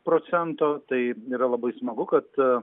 procento tai yra labai smagu kad